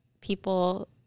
people